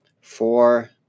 Four